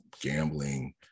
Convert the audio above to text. gambling